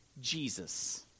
Jesus